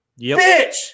Bitch